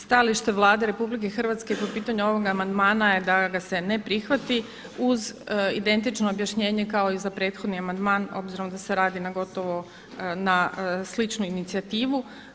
Stajalište Vlade RH po pitanju ovog amandmana je da ga se ne prihvati uz identično objašnjenje kao i za prethodni amandman obzirom da se radi na gotovo, na sličnu inicijativu.